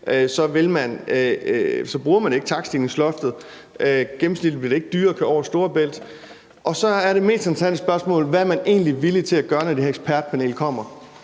DSB, rammer man ikke takststigningsloftet, Gennemsnitligt bliver det ikke dyrere at køre over Storebælt. Så er det mest interessante spørgsmål, hvad man egentlig er villig til at gøre, når det her ekspertpanel kommer.